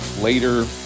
later